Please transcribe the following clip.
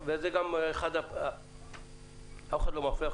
וזה גם אחד אף אחד לא מפריע,